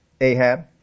Ahab